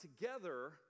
together